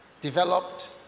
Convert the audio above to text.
developed